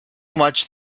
much